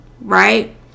Right